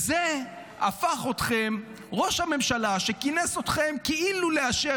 הפך אתכם ראש הממשלה, שכינס אתכם כאילו לאשר